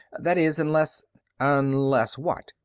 that is, unless unless what?